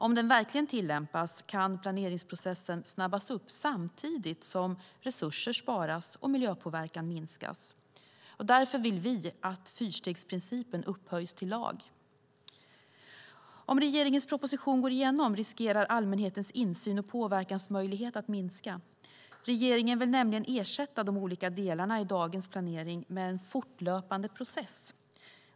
Om den verkligen tillämpas kan planeringsprocessen snabbas på samtidigt som resurser sparas och miljöpåverkan minskas. Därför vill vi att fyrstegsprincipen upphöjs till lag. Om regeringens proposition går igenom riskerar allmänhetens insyn och påverkansmöjlighet att minska. Regeringen vill nämligen ersätta de olika delarna i dagens planering med en fortlöpande process.